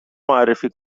معرفی